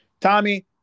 Tommy